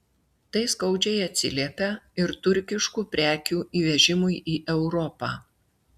tai skaudžiai atsiliepia ir turkiškų prekių įvežimui į europą